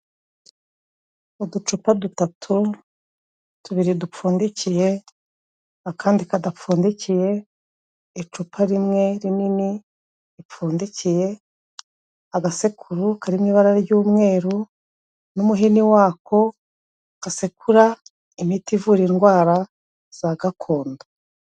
Uducupa dutatu, tubiri dupfundikiye, akandi kadapfundikiye, icupa rimwe rinini ripfundikiye, agasekuru karimo ibara ry'umweru n'umuhini wako, gasekura imiti ivura indwara za gakondo.